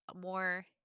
more